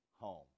home